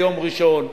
ביום ראשון,